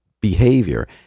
behavior